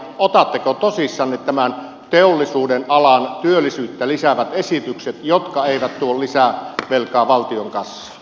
otatteko tosissanne tämän teollisuudenalan työllisyyttä lisäävät esitykset jotka eivät tuo lisää velkaa valtion kassaan